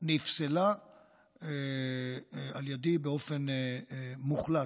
נפסלה על ידי באופן מוחלט.